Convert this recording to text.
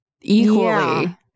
equally